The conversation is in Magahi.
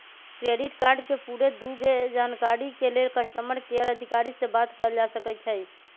क्रेडिट कार्ड के पूरे दू के जानकारी के लेल कस्टमर केयर अधिकारी से बात कयल जा सकइ छइ